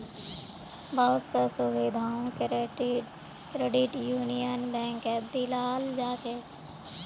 बहुत स सुविधाओ क्रेडिट यूनियन बैंकत दीयाल जा छेक